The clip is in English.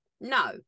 no